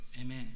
Amen